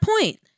point